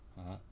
(uh huh)